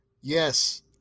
Yes